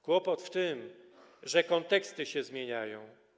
Kłopot w tym, że konteksty się zmieniają.